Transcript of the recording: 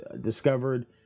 discovered